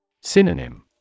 Synonym